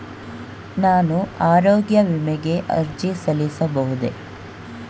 ನಾನು ಆರೋಗ್ಯ ವಿಮೆಗೆ ಅರ್ಜಿ ಸಲ್ಲಿಸಬಹುದೇ?